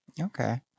Okay